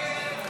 51 בעד, 59 נגד.